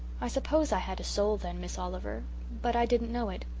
i suppose i had a soul then, miss oliver but i didn't know it.